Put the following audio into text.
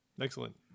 Excellent